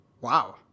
Wow